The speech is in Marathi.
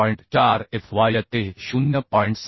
4 F y ते 0